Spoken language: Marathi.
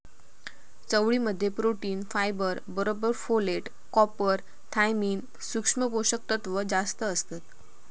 चवळी मध्ये प्रोटीन, फायबर बरोबर फोलेट, कॉपर, थायमिन, सुक्ष्म पोषक तत्त्व जास्तं असतत